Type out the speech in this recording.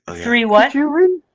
three water and